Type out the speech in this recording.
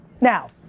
Now